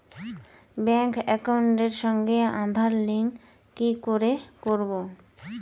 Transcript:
Bank একাউন্টের সঙ্গে Aadhaar link কি করে করবো?